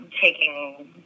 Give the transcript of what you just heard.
taking